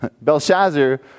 Belshazzar